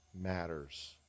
matters